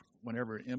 whenever